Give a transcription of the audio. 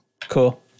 Cool